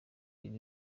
iri